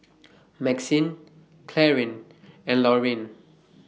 Maxine Clarine and Lorine